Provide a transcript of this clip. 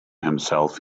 himself